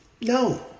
no